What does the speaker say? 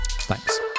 Thanks